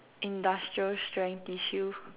industrial strength tissue